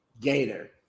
gator